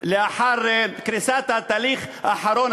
לאחר קריסת התהליך האחרון,